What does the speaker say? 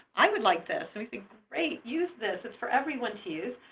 i would like this. and we think, great! use this. it's for everyone to use.